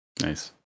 Nice